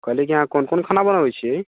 कहली कि अहाँ कोन कोन खाना बनबै छी